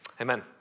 Amen